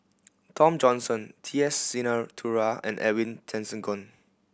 Tom Johnson T S Sinnathuray and Edwin Tessensohn